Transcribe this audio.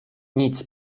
nic